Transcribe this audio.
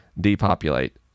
depopulate